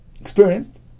experienced